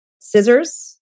scissors